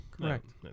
Correct